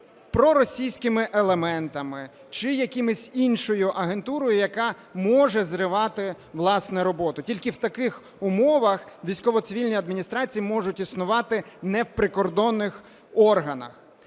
проросійськими елементами чи якоюсь іншою агентурою, яка може зривати, власне, роботу. Тільки в таких умовах військово-цивільні адміністрації можуть існувати не в прикордонних органах.